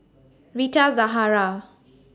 Rita Zahara